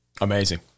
Amazing